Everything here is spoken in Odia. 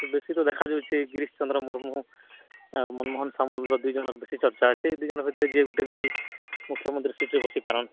ବେଶୀ ତ ଦେଖା ଯାଉଛି ଗିରିଶ ଚନ୍ଦ୍ର ମୁର୍ମୁ ଆଉ ମନମୋହଲ ସାମଲର ଦୁଇ ଜଣର ବେଶୀ ଚର୍ଚ୍ଚା ଅଛି ଏ ଦୁଇ ଜଣ ଭିତରୁ ଯିଏ ଗୋଟେ ବି ମୁଖ୍ୟମନ୍ତ୍ରୀ ସିଟ୍ରେ ବସି ପାରନ୍